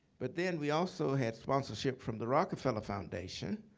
but then we also had sponsorship from the rockefeller foundation,